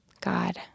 God